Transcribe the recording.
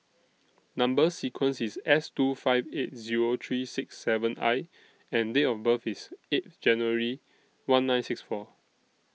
Number sequence IS S two five eight Zero three six seven I and Date of birth IS eighth January one nine six four